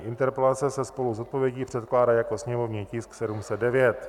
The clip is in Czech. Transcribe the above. Interpelace se spolu s odpovědí předkládá jako sněmovní tisk 709.